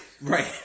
Right